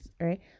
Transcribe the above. right